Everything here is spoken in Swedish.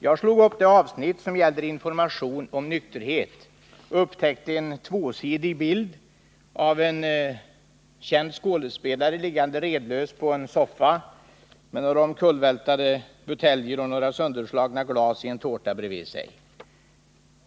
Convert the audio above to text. Jag slog upp det avsnitt som gäller information om nykterhet och upptäckte en tvåsidig bild av en känd skådespelare som låg redlös på en soffa med några omkullvälta buteljer omkring sig och några sönderslagna glas i en tårta bredvid sig.